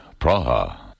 Praha